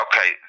Okay